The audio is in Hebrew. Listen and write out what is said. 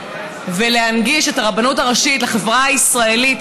ולהנגיש את הרבנות הראשית לחברה הישראלית,